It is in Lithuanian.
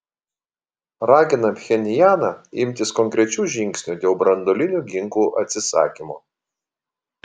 ragina pchenjaną imtis konkrečių žingsnių dėl branduolinių ginklų atsisakymo